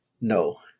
no